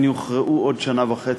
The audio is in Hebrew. הן יוכרעו בעוד שנה וחצי,